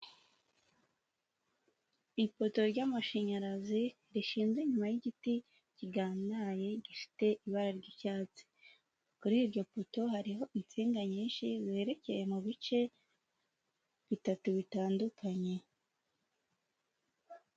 Ipoto ry'amashanyarazi rishinze inyuma y'igiti kigandaye gifite ibara ry'icyatsi, kuri iryo poto hariho insinga nyinshi zerekeye mu bice bitatu bitandukanye.